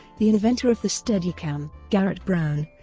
the inventor of the steadicam, garrett brown,